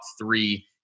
three